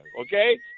Okay